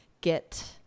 get